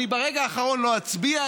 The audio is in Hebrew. אני ברגע האחרון לא אצביע,